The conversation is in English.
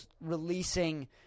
releasing